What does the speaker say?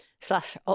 slash